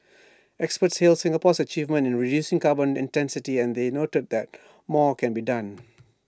experts hailed Singapore's achievement in reducing carbon intensity and they noted that more can be done